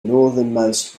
northernmost